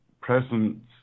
present